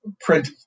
print